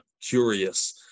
curious